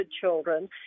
children